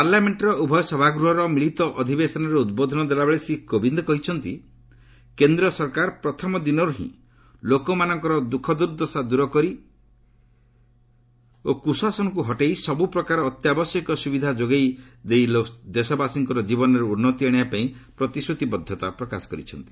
ପାର୍ଲାମେଣ୍ଟର ଉଭୟ ସଭାଗୃହର ମିଳିତ ଅଧିବେଶନରେ ଉଦ୍ବୋଧନ ଦେଲାବେଳେ ଶ୍ରୀ କୋବିନ୍ଦ କହିଛନ୍ତି କେନ୍ଦ୍ର ସରକାର ପ୍ରଥମ ଦିନରୁ ହିଁ ଲୋକମାନଙ୍କର ଦୁଃଖଦୁର୍ଦ୍ଦଶା ଦୂର କରି ଓ କୁଶାସନ ହଟାଇ ସବୁ ପ୍ରକାର ଅତ୍ୟାବଶ୍ୟକୀୟ ସୁବିଧା ସୁଯୋଗ ସହ ଦେଶବାସୀଙ୍କର ଜୀବନରେ ଉନ୍ନତି ଆଣିବା ପାଇଁ ସରକାର ପ୍ରତିଶ୍ରତିବଦ୍ଧତା ପ୍ରକାଶ କରିଛନ୍ତି